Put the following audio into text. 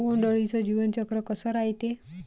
बोंड अळीचं जीवनचक्र कस रायते?